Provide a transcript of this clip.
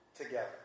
together